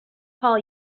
call